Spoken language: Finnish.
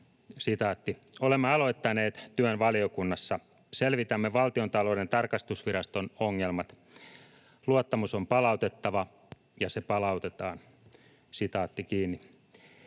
seuraavasti: ”Olemme aloittaneet työn valiokunnassa. Selvitämme Valtiontalouden tarkastusviraston ongelmat. Luottamus on palautettava, ja se palautetaan.” Vähänpä tiesin